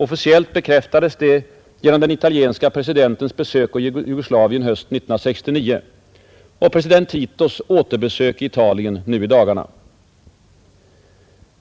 Officiellt bekräftades detta genom den italienske presidentens besök i Jugoslavien hösten 1969 och president Titos återbesök i Italien i dagarna.